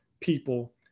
people